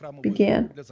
began